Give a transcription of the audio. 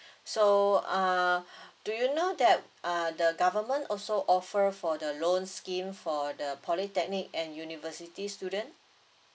so uh do you know that uh the government also offer for the loan scheme for the polytechnic and the university student